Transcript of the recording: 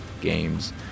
games